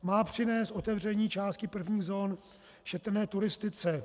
Má přinést otevření části prvních zón šetrné turistice.